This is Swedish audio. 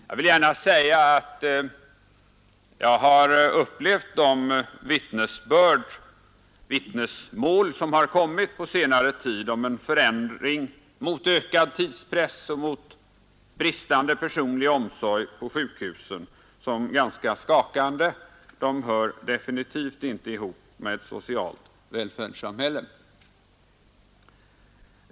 Jag har upplevt de vittnesmål som har lagts fram på senare tid om en förändring mot ökad tidspress och mot bristande personlig omsorg på sjukhusen som ganska skakande. De hör definitivt inte ihop med ett socialt välfärdssamhälle.